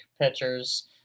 pitchers